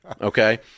okay